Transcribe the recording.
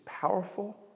powerful